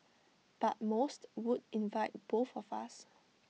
but most would invite both of us